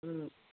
ꯎꯝ